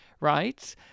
right